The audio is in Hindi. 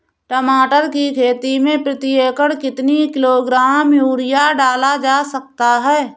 टमाटर की खेती में प्रति एकड़ कितनी किलो ग्राम यूरिया डाला जा सकता है?